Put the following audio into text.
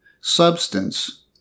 substance